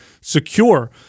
secure